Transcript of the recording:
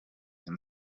and